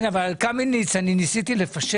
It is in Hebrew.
כן, אבל על קמיניץ אני בסוף ניסיתי לפשר.